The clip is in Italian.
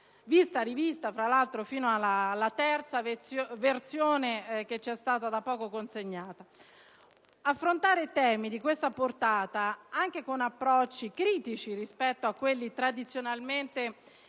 vista e rivista - tra l'altro - fino alla terza versione da poco consegnataci. Affrontare temi di questa portata, anche con approcci critici rispetto a quelli tradizionalmente